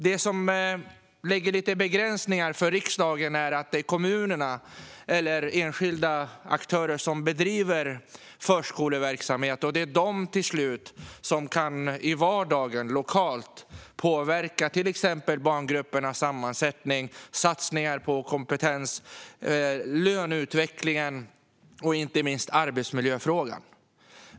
Det som lägger lite begränsningar för riksdagen är att det är kommunerna eller enskilda aktörer som bedriver förskoleverksamhet. Det är till slut de som i vardagen och lokalt kan påverka till exempel barngruppernas sammansättning, satsningar på kompetens, löneutvecklingen och inte minst arbetsmiljöfrågan.